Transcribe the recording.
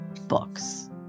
books